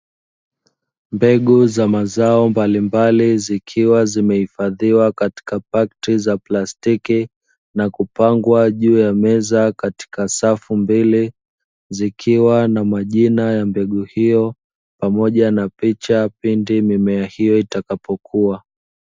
Mbegu za mazao mbalimbali zikiwa zimehifadhiwa katika pakiti za plastiki, na kupangwa juu ya meza katika safu mbili. Zikiwa na majina ya mbegu hiyo pamoja na picha pindi mimea hiyo itakapokua.